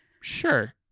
Sure